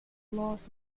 laws